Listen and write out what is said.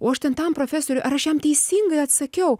o aš ten tam profesoriui ar aš jam teisingai atsakiau